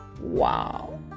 Wow